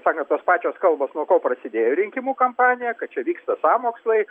taip sakant tos pačios kalbos nuo ko prasidėjo rinkimų kampanija kad čia vyksta sąmokslai